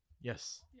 yes